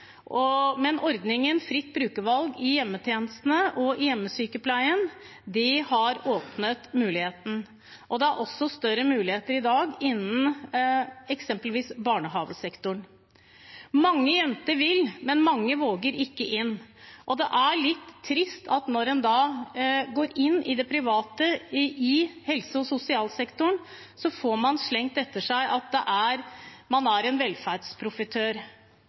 men ordningen fritt brukervalg i hjemmetjenesten og i hjemmesykepleien har åpnet muligheten. Det er også større muligheter i dag innenfor eksempelvis barnehagesektoren. Mange jenter vil, men våger seg ikke inn. Da er det litt trist, når man går inn i det private i helse- og sosialsektoren, å få slengt etter seg at man er en velferdsprofitør.